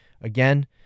again